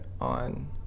on